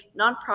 nonprofit